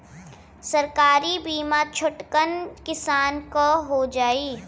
सरकारी बीमा छोटकन किसान क हो जाई?